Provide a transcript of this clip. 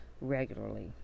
regularly